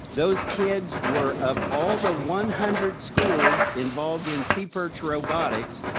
those kids were of all the one hundred schools involved in sea perch robotics,